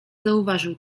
zauważył